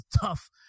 tough